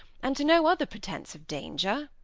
and to no other pretence of danger.